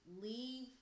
leave